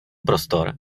prostor